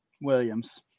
Williams